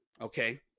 Okay